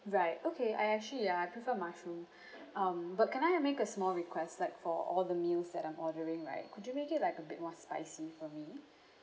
right okay I actually ya I prefer mushroom um but can I make a small request like for all the meals that I'm ordering right could you make it like a bit more spicy for me